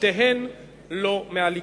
שתיהן לא מהליכוד.